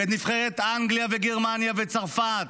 ואת נבחרת אנגליה וגרמניה וצרפת.